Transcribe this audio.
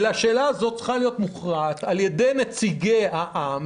השאלה הזאת צריכה להיות מוכרעת על ידי נציגי העם